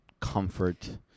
comfort